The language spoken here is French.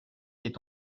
est